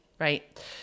right